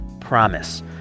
promise